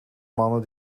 mannen